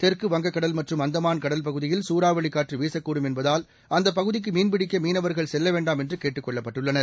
தெற்கு வங்கக்கடல் மற்றும் அந்தமான் கடல்பகுதியில் சூறாவளிக் காற்று வீசக்கூடும் என்பதால் அந்தப்பகுதிக்கு மீன்பிடிக்க மீனவர்கள் செல்ல வேண்டாம் என்று கேட்டுக் கொள்ளப்பட்டுள்ளனர்